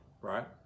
right